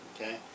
Okay